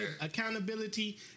accountability